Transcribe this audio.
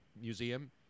museum